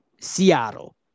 Seattle